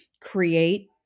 create